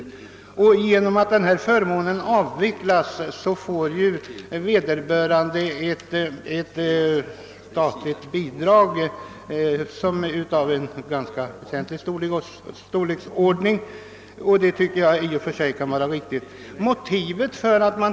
I och med att den förmån det här gäller försvinner får ju vederbörande av staten ett bidrag, som är av ganska avsevärd storleksordning. Jag tycker att det i och för sig är riktigt att de får det bidraget.